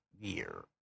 year